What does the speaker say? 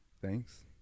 Thanks